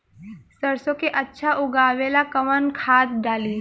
सरसो के अच्छा उगावेला कवन खाद्य डाली?